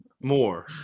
More